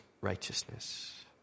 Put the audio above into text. righteousness